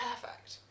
perfect